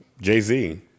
Jay-Z